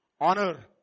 honor